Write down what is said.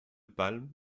palme